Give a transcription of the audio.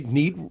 need